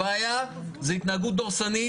הבעיה היא התנהגות דורסנית,